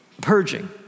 purging